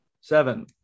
seven